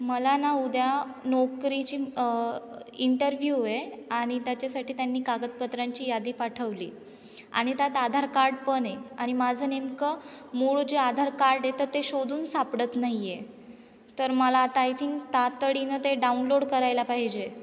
मला ना उद्या नोकरीची इंटरव्ह्यू आहे आणि त्याच्यासाठी त्यांनी कागदपत्रांची यादी पाठवली आणि त्यात आधार कार्ड पण आहे आणि माझं नेमकं मूळ जे आधार कार्ड आहे तर ते शोधून सापडत नाही आहे तर मला आता आय थिंक तातडीनं ते डाउनलोड करायला पाहिजे